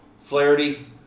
Flaherty